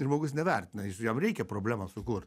žmogus nevertina jam reikia problemą sukurt